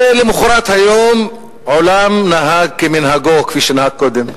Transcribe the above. ולמחרת היום עולם נהג כמנהגו, כפי שנהג קודם.